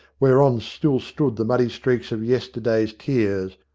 whereon still stood the muddy streaks of yester day's tears,